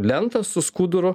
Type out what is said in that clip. lentą su skuduru